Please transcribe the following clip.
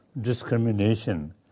discrimination